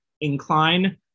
incline